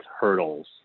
hurdles